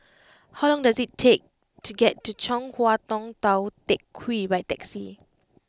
how long does it take to get to Chong Hua Tong Tou Teck Hwee by taxi